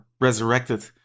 resurrected